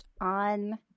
on